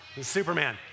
Superman